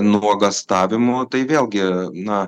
nuogąstavimų tai vėlgi na